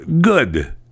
good